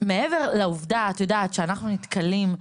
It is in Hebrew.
מעבר לעובדה שאנחנו נתקלים,